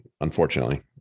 Unfortunately